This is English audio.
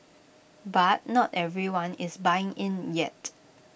but not everyone is buying in yet